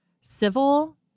civil